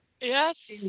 Yes